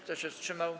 Kto się wstrzymał?